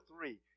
three